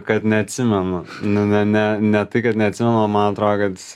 kad neatsimenu nu ne ne ne tai kad neatsimenu o man atrodo kad